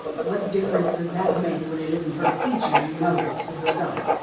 what difference does that make when it isn't her features you notice, but herself?